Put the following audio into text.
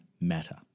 matter